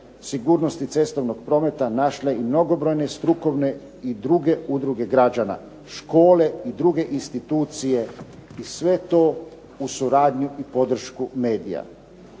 sigurnosti cestovnog prometa našle i mnogobrojne strukovne i druge udruge građana, škole i druge institucije i sve to uz suradnju i podršku medija.